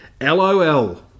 LOL